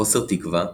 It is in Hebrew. חוסר תקווה,